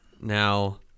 now